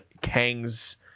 Kang's